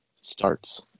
starts